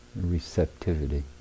receptivity